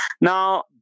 Now